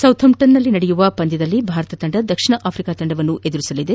ಸೌಥಂಪ್ಚನ್ನಲ್ಲಿ ನಡೆಯಲಿರುವ ಪಂದ್ಯದಲ್ಲಿ ಭಾರತ ತಂಡ ದಕ್ಷಿಣ ಆಫ್ರಿಕಾ ತಂಡವನ್ನು ಎದುರಿಸಲಿದೆ